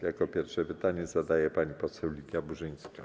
Jako pierwsza pytanie zdaje pani poseł Lidia Burzyńska.